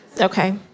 Okay